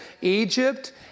Egypt